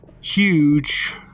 huge